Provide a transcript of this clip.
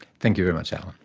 thank you very much, alan.